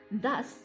Thus